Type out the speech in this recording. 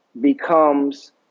becomes